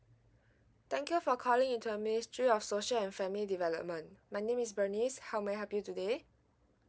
thank you for calling into the ministry of social and family development my name is bernice how may I help you today